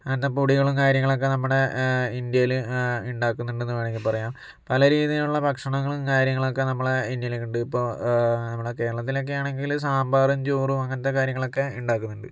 അങ്ങനത്തെ പൊടികളും കാര്യങ്ങളൊക്കെ നമ്മുടെ ഇന്ത്യയിൽ ഉണ്ടാക്കുന്നുണ്ട് എന്ന് വേണമെങ്കിൽ പറയാം പല രീതിയിലുള്ള ഭക്ഷണങ്ങളും കാര്യങ്ങളൊക്കെ നമ്മുടെ ഇന്ത്യയിലൊക്കെയുണ്ട് ഇപ്പോൾ നമ്മുടെ കേരളത്തിലൊക്കെ ആണെങ്കിൽ സാമ്പാറും ചോറും അങ്ങനത്തെ കാര്യങ്ങളൊക്കെ ഉണ്ടാക്കുന്നുണ്ട്